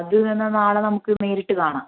എങ്കിൽ പിന്നെ നാളെ നമുക്ക് നേരിട്ട് കാണാം